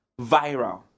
viral